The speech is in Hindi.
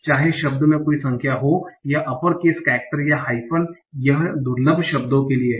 चाहे शब्द में कोई संख्या हो या अपरकेस केरेकटर या हाइफ़न में यह दुर्लभ शब्दों के लिए है